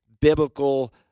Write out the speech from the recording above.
biblical